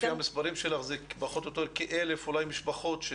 לפי המספרים שלך זה פחות או יותר כ-1,000 משפחות.